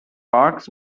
barks